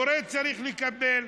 הורה צריך לקבל.